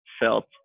felt